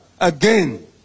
again